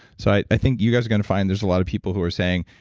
so i i think you guys are going to find there's a lot of people who are saying,